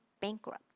bankrupt